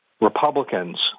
Republicans